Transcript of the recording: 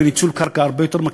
בניצול קרקע הרבה יותר גבוה,